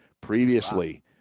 Previously